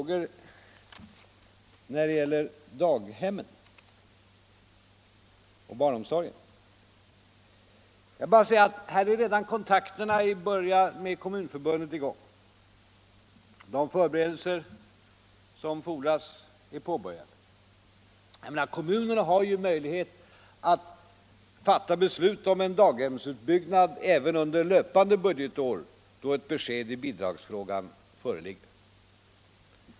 Jag fick två frågor om daghemmen och barnomsorgen. Jag vill bara säga att kontakterna med Kommunförbundet redan är i gång. De förberedelser som fordras är påbörjade. Kommunerna har ju möjlighet att fatta beslut om en daghemsutbyggnad även under löpande budgetår, då ett besked i bidragsfrågan föreligger.